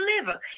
deliver